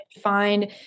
find